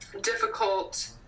difficult